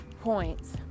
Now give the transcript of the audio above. points